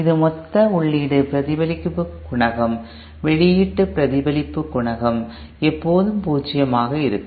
இது மொத்த உள்ளீட்டு பிரதிபலிப்பு குணகம் மற்றும் வெளியீட்டு பிரதிபலிப்பு குணகம் எப்போதும் பூஜ்ஜியமாக இருக்கும்